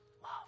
Love